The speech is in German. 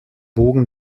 bogen